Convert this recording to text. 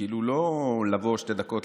לא לבוא שתי דקות,